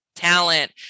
talent